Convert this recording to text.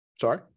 Sorry